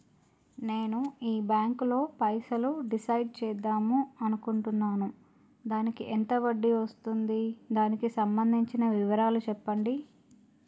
నేను ఈ బ్యాంకులో పైసలు డిసైడ్ చేద్దాం అనుకుంటున్నాను దానికి ఎంత వడ్డీ వస్తుంది దానికి సంబంధించిన వివరాలు చెప్పండి?